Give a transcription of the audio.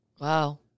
Wow